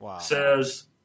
says